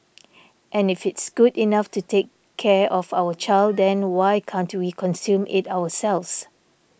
and if it's good enough to take care of our child then why can't we consume it ourselves